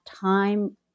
time